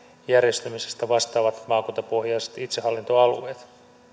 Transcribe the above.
järjestämisestä vastaavat maakuntapohjaiset itsehallintoalueet